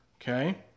Okay